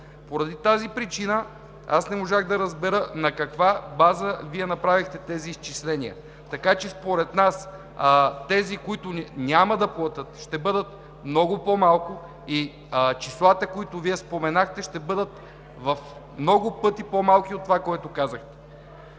Поради тази причина аз не можах да разбера на каква база Вие направихте тези изчисления. Според нас тези, които няма да платят, ще бъдат много по-малко и числата, които Вие споменахте, ще бъдат в много пъти по-малки от това, което казахте.